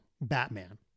Batman